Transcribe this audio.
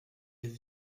avait